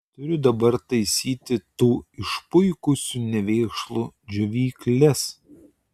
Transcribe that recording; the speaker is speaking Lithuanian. turiu dabar taisyti tų išpuikusių nevėkšlų džiovykles